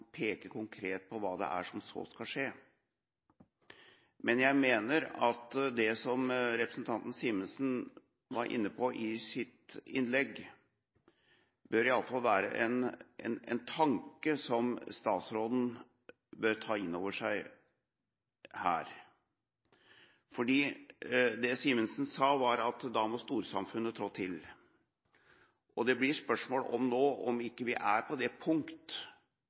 konkret på hva det er som så skal skje, men jeg mener at det som representanten Simensen var inne på i sitt innlegg, iallfall bør være en tanke som statsråden her bør ta inn over seg. For det Simensen sa, var at da må storsamfunnet trå til. Det blir nå et spørsmål om vi ikke er på det punkt